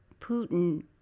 Putin